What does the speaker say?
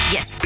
Yes